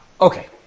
Okay